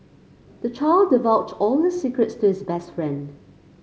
the child divulged all his secrets to his best friend